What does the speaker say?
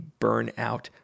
burnout